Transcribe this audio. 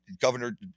Governor